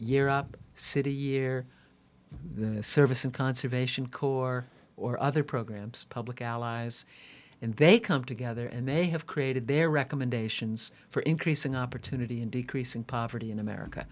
up city year the service and conservation corps or other programs public allies and they come together and they have created their recommendations for increasing opportunity in decreasing poverty in america